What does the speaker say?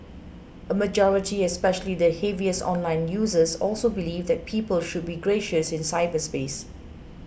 a majority especially the heaviest online users also believed that people should be gracious in cyberspace